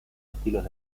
estilos